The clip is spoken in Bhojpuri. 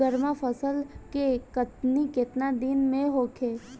गर्मा फसल के कटनी केतना दिन में होखे?